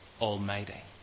Almighty